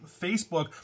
Facebook